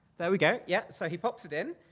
there we go, yeah. so he pops it in,